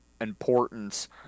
importance